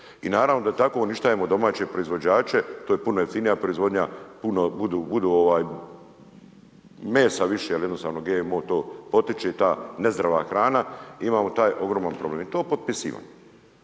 I naravno da tako uništavamo domaće proizvođače, to je puno jeftinija proizvodnja, puno budu mesa više jer jednostavno GMO to potiče i ta nezdrava hrana, imamo taj ogroman problem. I to potpisivam.